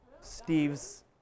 Steve's